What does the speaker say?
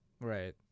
Right